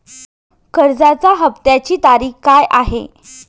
कर्जाचा हफ्त्याची तारीख काय आहे?